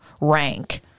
rank